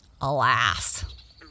Alas